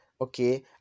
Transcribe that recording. Okay